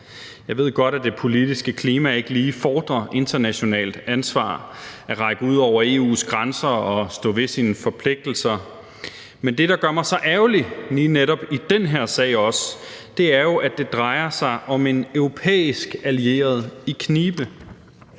Jeg ved godt, at det politiske klima ikke lige fordrer internationalt ansvar, at række ud over EU's grænser og stå ved sine forpligtelser, men det, der gør mig så ærgerlig lige netop i den her sag også, er jo, at det drejer sig om en europæisk allieret i knibe.